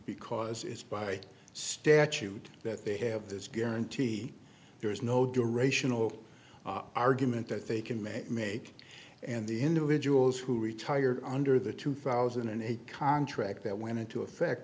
because it's by statute that they have this guarantee there is no durational argument that they can make make and the individuals who retired under the two thousand and eight contract that went into effect